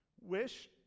wish